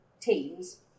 teams